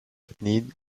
cnil